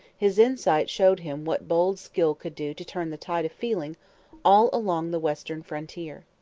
his insight showed him what bold skill could do to turn the tide of feeling all along the western frontier.